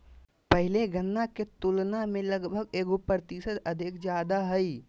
पहले गणना के तुलना में लगभग एगो प्रतिशत अधिक ज्यादा हइ